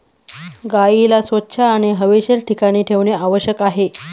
गाईला स्वच्छ आणि हवेशीर ठिकाणी ठेवणे आवश्यक आहे